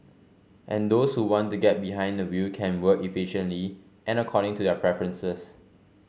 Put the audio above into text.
and those who want to get behind the wheel can work efficiently and according to their preferences